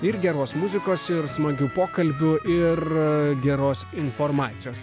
ir geros muzikos ir smagių pokalbių ir geros informacijos